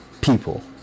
People